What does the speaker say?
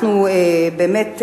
אנחנו באמת,